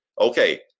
Okay